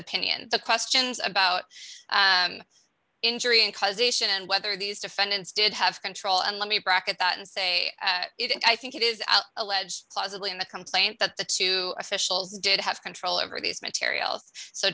opinion to questions about injury and causation and whether these defendants did have control and let me bracket that and say it and i think it is alleged possibly in the complaint that the two officials did have control over these materials so